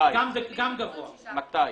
אל חכים חאג' יחיא (הרשימה המשותפת): מתי?